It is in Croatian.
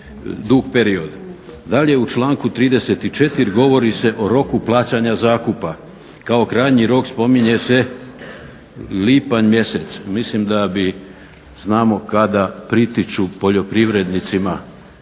Dalje u članku 34. govori se o roku plaćanja zakupa, kao krajnji rok spominje se lipanj mjesec. Mislim da bi znamo kada pritiču poljoprivrednicima